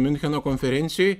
miuncheno konferencijoj